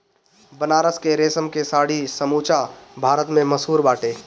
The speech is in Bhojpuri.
बनारस के रेशम के साड़ी समूचा भारत में मशहूर बाटे